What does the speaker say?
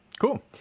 Cool